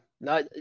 no